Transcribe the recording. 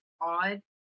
odd